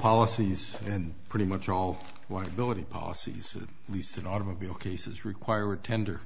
policies and pretty much all why billeted policies at least an automobile cases require a tender